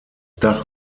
dach